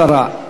השרה,